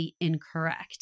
incorrect